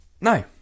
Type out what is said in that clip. No